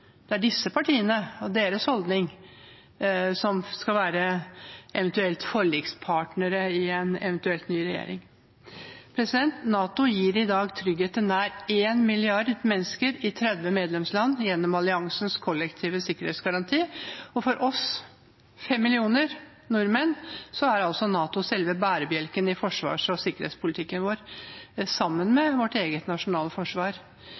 det er disse partiene og deres holdning som skal være eventuelle forlikspartnere i en eventuelt ny regjering. NATO gir i dag trygghet til nær én milliard mennesker i 30 medlemsland gjennom alliansens kollektive sikkerhetsgaranti. For oss fem millioner nordmenn er NATO selve bærebjelken i forsvars- og sikkerhetspolitikken vår, sammen med vårt eget nasjonale forsvar.